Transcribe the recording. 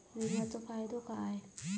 विमाचो फायदो काय?